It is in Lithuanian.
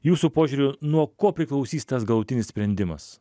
jūsų požiūriu nuo ko priklausys tas galutinis sprendimas